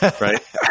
right